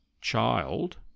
child